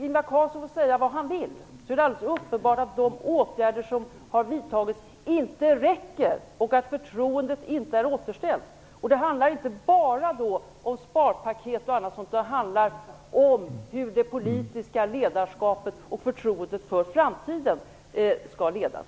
Ingvar Carlsson får säga vad han vill, men det är alldeles uppenbart att de åtgärder som har vidtagits inte räcker och att förtroendet inte är återställt. Det handlar då inte bara om sparpaket och annat sådant, utan det handlar om hur det politiska ledarskapet och förtroendet för framtiden hanteras.